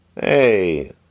Hey